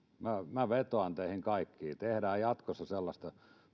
minä vetoan teihin kaikkiin tehdään jatkossa sellaista